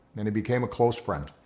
and he became a close friend.